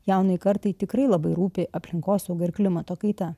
jaunai kartais tikrai labai rūpi aplinkosauga ir klimato kaita